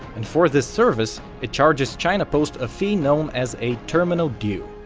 and for this service it charges china post a fee known as a terminal due.